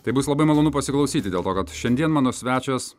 tai bus labai malonu pasiklausyti dėl to kad šiandien mano svečias